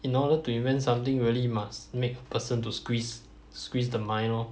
in order to invent something really must make a person to squeeze squeeze the mind lor